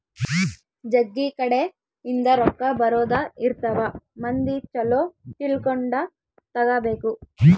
ಜಗ್ಗಿ ಕಡೆ ಇಂದ ರೊಕ್ಕ ಬರೋದ ಇರ್ತವ ಮಂದಿ ಚೊಲೊ ತಿಳ್ಕೊಂಡ ತಗಾಬೇಕು